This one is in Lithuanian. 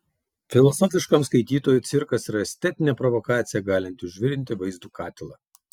filosofiškam skaitytojui cirkas yra estetinė provokacija galinti užvirinti vaizdų katilą